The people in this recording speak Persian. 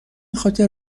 خاطر